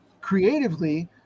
creatively